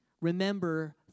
remember